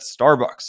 Starbucks